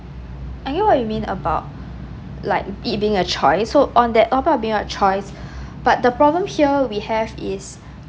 I get what you mean about like it being a choice so on that about being a choice but the problem here we have is